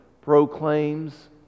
proclaims